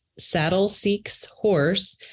saddleseekshorse